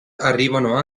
arrivarono